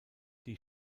die